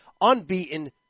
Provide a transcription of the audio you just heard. Unbeaten